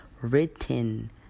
written